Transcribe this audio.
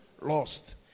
lost